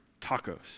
tacos